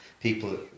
people